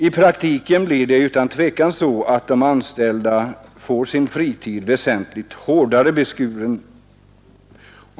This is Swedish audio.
I praktiken blir det utan tvivel så att de anställda får sin fritid väsentligt hårdare beskuren.